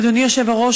אדוני היושב-ראש,